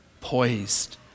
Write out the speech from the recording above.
poised